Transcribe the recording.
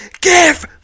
Give